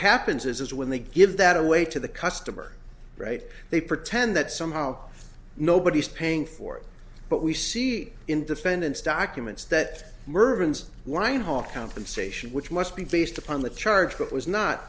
happens is is when they give that away to the customer right they pretend that somehow nobody's paying for it but we see in defendant's documents that mervyn's wine hall compensation which must be based upon the charge that was not